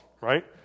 right